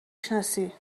شناسی